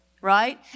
Right